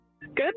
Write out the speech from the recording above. Good